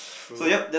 true